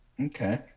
Okay